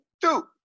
two